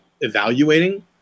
evaluating